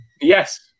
Yes